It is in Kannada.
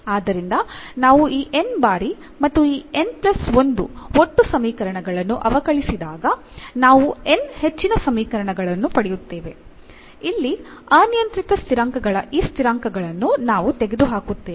ಆದ್ದರಿಂದ ನಾವು ಈ n ಬಾರಿ ಮತ್ತು ಈ n ಪ್ಲಸ್ 1 ಒಟ್ಟು ಸಮೀಕರಣಗಳನ್ನು ಅವಕಲಿಸಿದಾಗ ನಾವು n ಹೆಚ್ಚಿನ ಸಮೀಕರಣಗಳನ್ನು ಪಡೆಯುತ್ತೇವೆ ಇಲ್ಲಿ ಅನಿಯಂತ್ರಿತ ಸ್ಥಿರಾಂಕಗಳ ಈ ಸ್ಥಿರಾಂಕಗಳನ್ನು ನಾವು ತೆಗೆದುಹಾಕುತ್ತೇವೆ